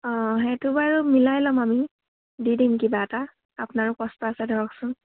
অঁ সেইটো বাৰু মিলাই ল'ম আমি দি দিম কিবা এটা আপোনাৰো কষ্ট আছে ধৰকচোন